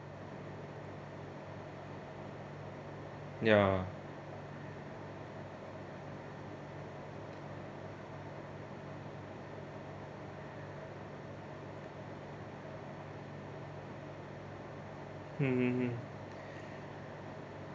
ya hmm hmm hmm